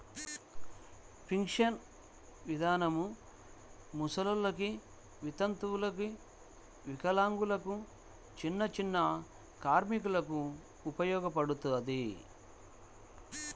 పింఛను ఇదానం ముసలోల్లకి, వితంతువులకు, వికలాంగులకు, చిన్నచిన్న కార్మికులకు ఉపయోగపడతది